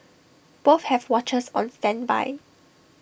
both have watchers on standby